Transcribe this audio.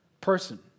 person